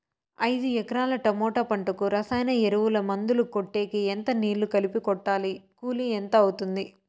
ఐదు ఎకరాల టమోటా పంటకు రసాయన ఎరువుల, మందులు కొట్టేకి ఎంత నీళ్లు కలిపి కొట్టాలి? కూలీ ఎంత అవుతుంది?